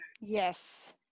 yes